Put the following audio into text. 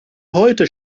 heute